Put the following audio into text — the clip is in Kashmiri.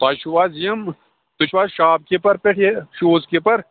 تۄہہِ چھُو حظ یِم تُہۍ چھُو حظ شاپ کیٖپَر پٮ۪ٹھٕ یہِ شوٗز کیٖپَر